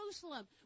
Jerusalem